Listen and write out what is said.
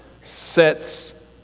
sets